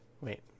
Wait